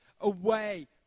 away